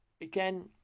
again